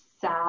sad